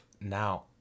now